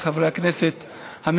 חבר הכנסת גליק, אדוני, בבקשה.